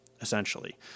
essentially